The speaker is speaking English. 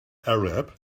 arab